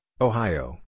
Ohio